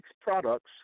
products